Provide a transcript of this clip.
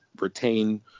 retain